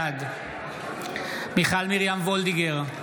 בעד מיכל מרים וולדיגר,